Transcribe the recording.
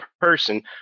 person